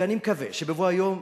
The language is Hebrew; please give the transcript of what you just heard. ואני מקווה שבבוא היום,